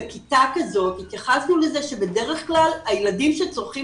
בכיתה כזאת התייחסנו לזה שבדרך כלל הילדים שצורכים